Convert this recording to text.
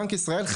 בנק ישראל,